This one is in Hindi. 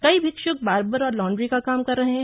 कई भिक्षुक बार्बर और लॉन्ड्री का काम भी कर रहे हैं